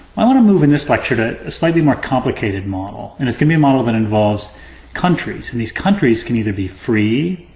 i want to move in this lecture to a slightly more complicated model. and it's going to be a model that involves countries. and these countries can either be free,